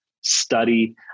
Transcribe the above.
study